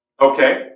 Okay